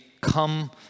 come